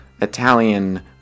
italian